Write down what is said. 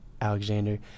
Alexander